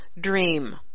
dream